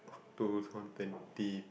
two twenty